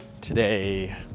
today